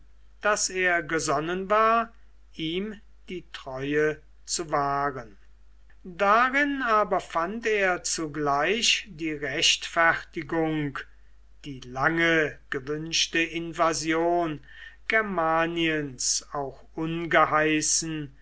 daß er gesonnen war ihm die treue zu wahren darin aber fand er zugleich die rechtfertigung die lange gewünschte invasion germaniens auch